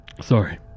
Sorry